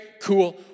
cool